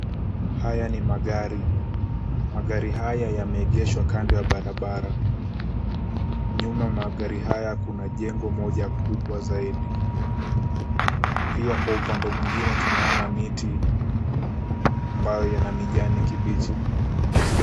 Haya ni magari. Magari haya yameegeshwa kando ya barabara. Nyuma magari haya kuna jengo moja kubwa zaidi, pia kwa upande mwingine tunaona miti ambayo yana mijani kibichi.